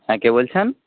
হ্যাঁ কে বলছেন